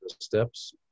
steps